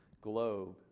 globe